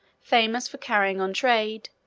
famous for carrying on trade,